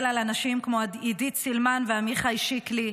על אנשים כמו עידית סילמן ועמיחי שיקלי.